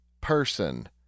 person